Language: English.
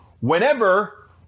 whenever